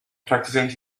practicing